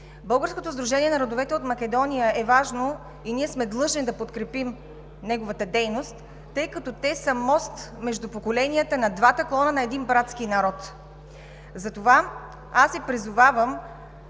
Българското сдружение на родовете от Македония е важно и ние сме длъжни да подкрепим неговата дейност, тъй като те са мост между поколенията на двата клона на един братски народ. Тук, от тази трибуна,